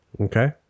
Okay